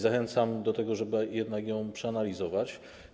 Zachęcam do tego, żeby jednak ją przeanalizować.